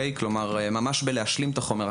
עזרה ממש להשלים את החומר.